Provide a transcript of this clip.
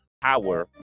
power